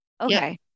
okay